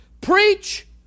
Preach